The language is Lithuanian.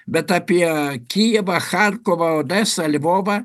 bet apie kijevą charkovą odesą lvovą